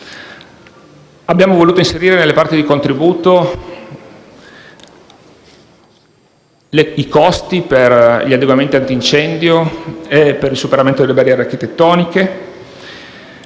Abbiamo voluto inserire tra i contributi i costi per gli adeguamenti antincendio e per il superamento delle barriere architettoniche.